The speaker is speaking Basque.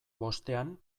bostean